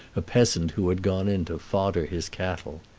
a peasant who had gone in to fodder his cattle.